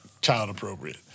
child-appropriate